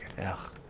half